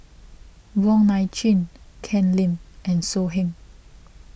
Wong Nai Chin Ken Lim and So Heng